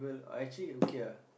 I actually okay lah